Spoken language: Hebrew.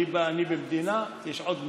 אני במדינה, יש עוד מדינה,